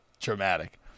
dramatic